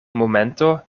momento